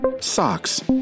socks